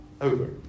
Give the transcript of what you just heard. over